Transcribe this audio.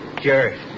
Jerry